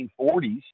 1940s